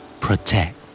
Protect